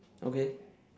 okay